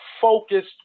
focused